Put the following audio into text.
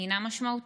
הינה משמעותית.